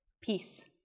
peace